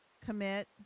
commit